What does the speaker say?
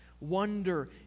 wonder